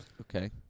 Okay